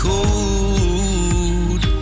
Cold